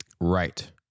Right